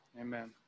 Amen